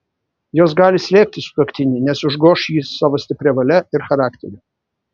jos gali slėgti sutuoktinį nes užgoš jį savo stipria valia ir charakteriu